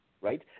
right